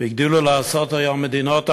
והגדילו לעשות היום מדינות העולם,